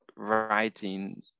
writing